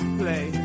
play